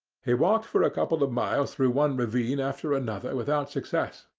he walked for a couple of miles through one ravine after another without success,